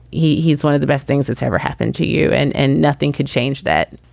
he he is one of the best things that's ever happened to you. and and nothing can change that.